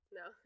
no